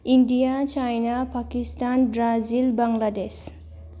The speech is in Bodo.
India China Pakistan Brazil Bangladesh